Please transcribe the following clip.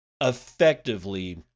effectively